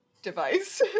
Device